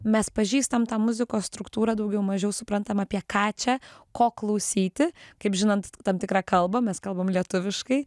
mes pažįstam tą muzikos struktūrą daugiau mažiau suprantam apie ką čia ko klausyti kaip žinant tam tikrą kalbą mes kalbam lietuviškai